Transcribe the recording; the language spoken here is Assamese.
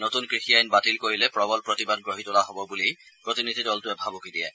নতুন কৃষি আইন বাতিল কৰিলে প্ৰবল প্ৰতিবাদ গঢ়ি তোলা হব বুলি প্ৰতিনিধি দলটোৱে ভাবুকি দিয়ে